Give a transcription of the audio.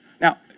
Now